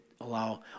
allow